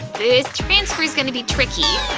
this transfer's gonna be tricky,